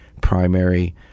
primary